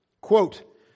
Quote